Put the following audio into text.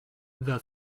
the